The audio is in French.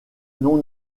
non